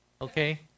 okay